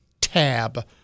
tab